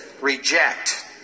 reject